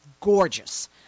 gorgeous